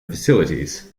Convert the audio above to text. facilities